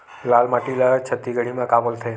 लाल माटी ला छत्तीसगढ़ी मा का बोलथे?